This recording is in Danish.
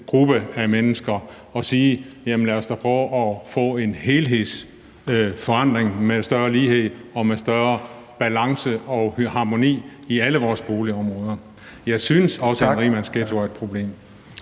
gruppe af mennesker, men i stedet sige, at vi dog skulle prøve at få en helhedsforandring med større lighed og med større balance og harmoni i alle vores boligområder. Jeg synes også, at rigsmandsghettoer er et problem.